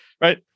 Right